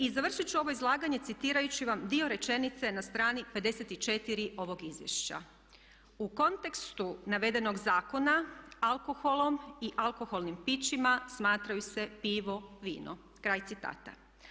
I završit ću ovo izlaganje citirajući vam dio rečenice na strani 54. ovog izvješća: "U kontekstu navedenog zakona alkoholom i alkoholnim pićima smatraju se pivo, vino.", kraj citata.